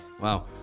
Wow